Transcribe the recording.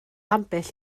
ambell